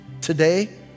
today